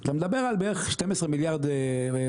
אתה מדבר על בערך 12 מיליארד מע"מ.